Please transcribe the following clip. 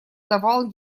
давал